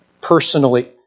personally